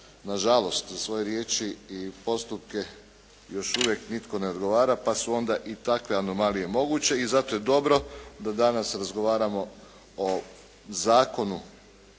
nažalost za svoje riječi i postupke još uvijek nitko ne odgovara pa su onda i takve anomalije moguće i zato je dobro da danas razgovaramo o zakonu